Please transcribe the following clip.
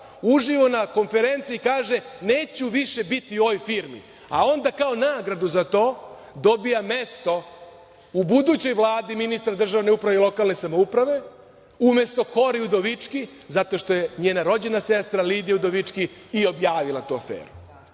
uživo na konferenciji kaže – neću više biti u ovoj firmi.20/1 TĐ/CG 13.20 – 13.30Kao nagradu za to dobija mesto u budućoj Vladi ministra državne uprave i lokalne samouprave, umesto Kori Udovički, zato što je njena rođena sestra, Lidija Udovički, i objavila tu aferu.